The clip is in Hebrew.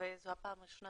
זו פעם ראשונה